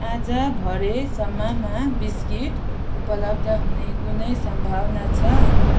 आज भरेसम्ममा बिस्किट उपलब्ध हुने कुनै सम्भावना छ